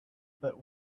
but